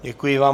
Děkuji vám.